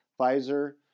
Pfizer